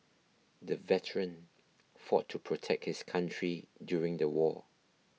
the veteran fought to protect his country during the war